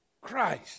Christ